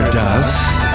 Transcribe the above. dust